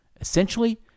Essentially